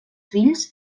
fills